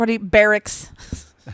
barracks